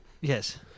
Yes